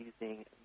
using